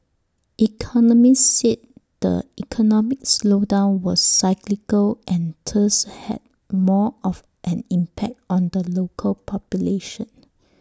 economists said the economic slowdown was cyclical and thus had more of an impact on the local population